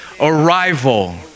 arrival